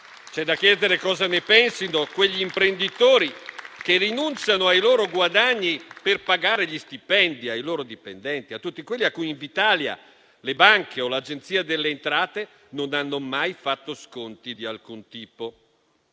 C'è da chiedere cosa ne pensino quegli imprenditori che rinunciano ai loro guadagni per pagare gli stipendi ai loro dipendenti, tutti quelli a cui Invitalia, le banche o l'Agenzia delle entrate non hanno mai fatto sconti di alcun tipo.